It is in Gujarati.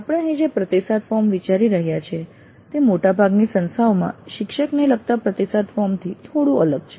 આપણે અહીં જે પ્રતિસાદ ફોર્મ વિચારી રહ્યા છીએ તે મોટાભાગની સંસ્થાઓમાં શિક્ષકને લગતા પ્રતિસાદ ફોર્મ થી થોડું અલગ છે